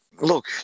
look